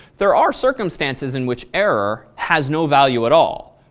there are circumstances in which error has no value at all.